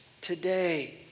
today